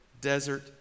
desert